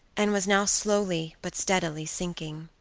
and was now slowly but steadily sinking.